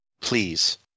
Please